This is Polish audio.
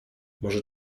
może